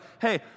hey